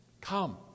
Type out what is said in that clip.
come